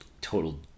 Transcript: total